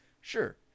sure